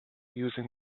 using